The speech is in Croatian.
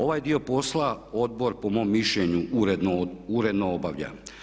Ovaj dio posla odbor po mom mišljenju uredno obavlja.